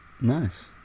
Nice